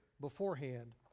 beforehand